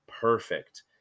perfect